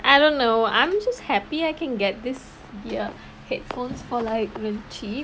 I don't know I'm just happy I can get this ear headphones for like ren~ cheap